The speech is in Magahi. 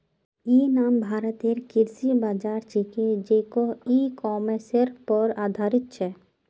इ नाम भारतेर कृषि बाज़ार छिके जेको इ कॉमर्सेर पर आधारित छ